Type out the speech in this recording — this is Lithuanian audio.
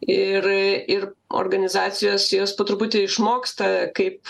ir ir organizacijos jos po truputį išmoksta kaip